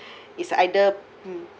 it's either mm